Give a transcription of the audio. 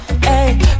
Hey